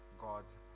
God's